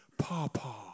Papa